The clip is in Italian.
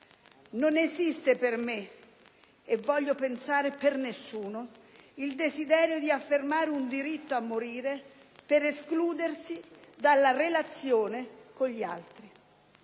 Non esiste per me, e voglio pensare per nessuno, il desiderio di affermare un diritto a morire per escludersi dalla relazione con gli altri.